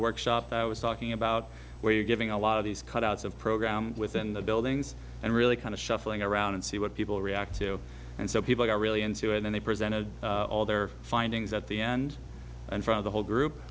workshop i was talking about where you're giving a lot of these cut outs of program within the buildings and really kind of shuffling around and see what people react to and so people are really into it and they presented all their findings at the end and from the whole group